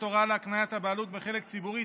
הוראה להקניית הבעלות בחלק ציבורי),